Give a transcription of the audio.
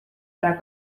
ära